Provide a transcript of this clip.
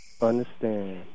Understand